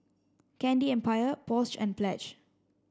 Candy Empire Porsche and Pledge